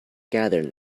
gathered